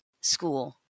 school